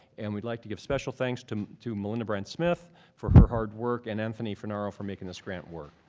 and we'd like to give special thanks to to malinda bryan-smith for her hard work and anthony funari for making this grant work.